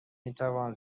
میتوان